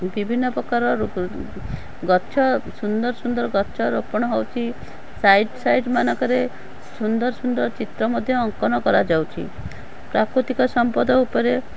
ବିଭିନ୍ନ ପ୍ରକାରର ଗଛ ସୁନ୍ଦର ସୁନ୍ଦର ଗଛରୋପଣ ହେଉଛି ସାଇଡ଼୍ ସାଇଡ଼୍ ମାନଙ୍କରେ ସୁନ୍ଦର ସୁନ୍ଦର ଚିତ୍ର ମଧ୍ୟ ଅଙ୍କନ କରାଯାଉଛି ପ୍ରାକୃତିକ ସମ୍ପଦ ଉପରେ